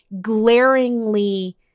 glaringly